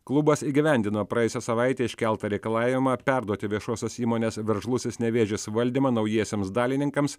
klubas įgyvendino praėjusią savaitę iškeltą reikalavimą perduoti viešosios įmonės veržlusis nevėžis valdymą naujiesiems dalininkams